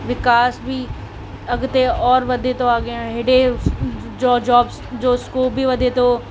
विकास बि अॻिते और वधे थो अॻियां हेॾे जॉ जॉब जो स्कोप बि वधे थो